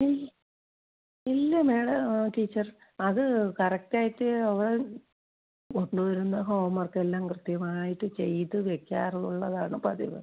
ഏയ് ഇല്ല madam teacher അത് കറക്റ്റായിറ്റ് അവൻ കൊണ്ട് വരുന്ന ഹോ വർക്കെല്ലാം കൃത്യമായിട്ട് ചെയ്ത് വെയ്ക്കാറുള്ളതാണ് പതിവ്